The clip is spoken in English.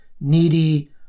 needy